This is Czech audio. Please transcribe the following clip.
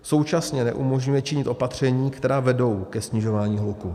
Současně neumožňuje činit opatření, která vedou ke snižování hluku.